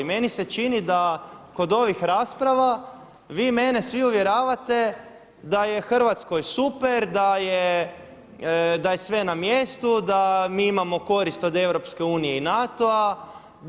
Meni se čini da kod ovih rasprava vi mene svi uvjeravate da je Hrvatskoj super, da je sve na mjestu, da mi imamo korist od EU i NATO-a.